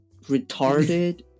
retarded